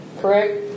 correct